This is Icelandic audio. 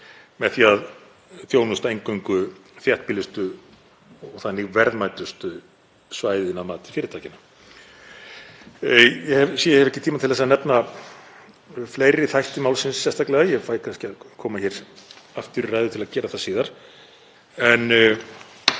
með því að þjónusta eingöngu þéttbýlustu og þannig verðmætustu svæðin að mati fyrirtækjanna. Ég sé að ég hef ekki tíma til að nefna fleiri þætti málsins sérstaklega, ég fæ kannski að koma hér aftur í ræðu til að gera það síðar, en